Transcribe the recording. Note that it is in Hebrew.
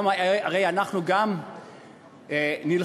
הרי אנחנו גם נלחמים,